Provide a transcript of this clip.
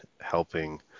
helping